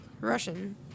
Russian